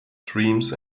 dreams